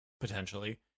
potentially